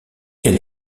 elle